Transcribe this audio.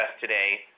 today